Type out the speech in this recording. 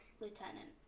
lieutenant